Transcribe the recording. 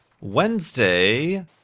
Wednesday